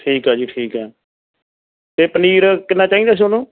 ਠੀਕ ਆ ਜੀ ਠੀਕ ਹੈ ਅਤੇ ਪਨੀਰ ਕਿੰਨਾ ਚਾਹੀਦਾ ਤੁਹਾਨੂੰ